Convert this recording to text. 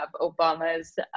Obama's